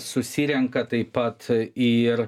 susirenka taip pat ir